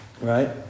right